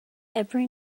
every